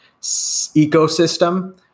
ecosystem